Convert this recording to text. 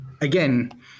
again